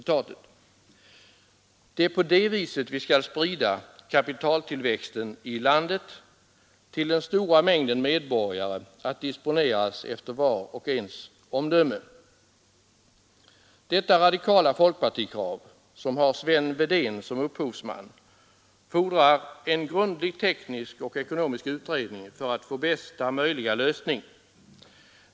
Det är på det viset vi skall sprida kapitaltillväxten i landet till den stora mängden medborgare att disponeras efter vars och ens omdöme. Detta radikala folkpartikrav, som har Sven Wedén som upphovsman, fordrar en grundlig teknisk och ekonomisk utredning för att få bästa möjliga lösning.